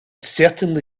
certainly